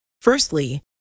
Firstly